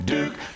Duke